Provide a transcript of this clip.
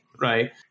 right